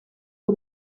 w’u